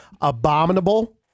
abominable